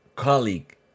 Colleague